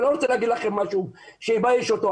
ולא רוצה להגיד לכם משהו שיבייש אותו,